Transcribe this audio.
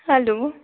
hello